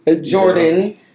Jordan